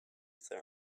their